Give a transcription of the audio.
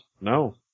no